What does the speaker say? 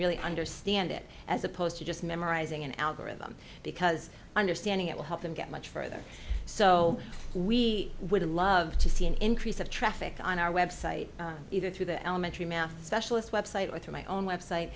really understand it as opposed to just memorizing an algorithm because understanding it will help them get much further so we would love to see an increase of traffic on our website either through the elementary math specialist website or through my own website